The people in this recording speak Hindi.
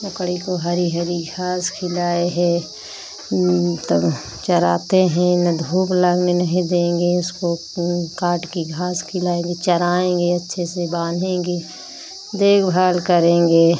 बकरी को हरी हरी घाँस खिलाए हैं तब चराते हैं ना धूप लगने नहीं देंगे उसको काटकर घाँस खिलाएँगे चराएँगे अच्छे से बाँधेंगे देखभाल करेंगे